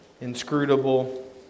inscrutable